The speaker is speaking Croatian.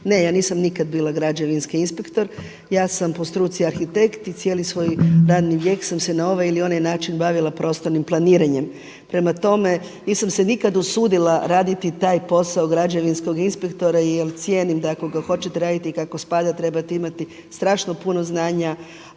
Ne, ja nisam nikada bila građevinski inspektor. Ja sam po struci arhitekt i cijeli svoj radni vijek sam se na ovaj ili onaj način bavila prostornim planiranjem. Prema tome, nisam se nikada usudila raditi taj posao građevinskog inspektora jer cijenim da ako ga hoćete raditi kako spada trebate imati strašno puno znanja,